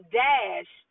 dash